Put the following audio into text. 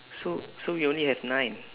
so so you only have nine